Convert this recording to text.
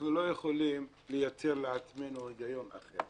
אנחנו לא יכולים לייצר לעצמנו היגיון אחר.